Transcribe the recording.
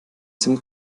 sim